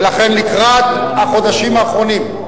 ולכן, לקראת החודשים האחרונים,